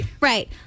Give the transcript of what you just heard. Right